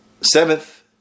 seventh